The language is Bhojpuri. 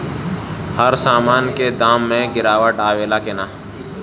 हर सामन के दाम मे गीरावट आवेला कि न?